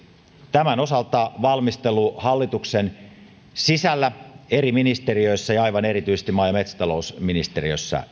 tämän osalta valmistelu hallituksen sisällä eri ministeriöissä ja aivan erityisesti maa ja metsätalousministeriössä